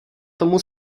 tomu